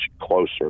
closer